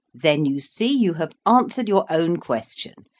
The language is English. then you see you have answered your own question.